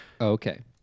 Okay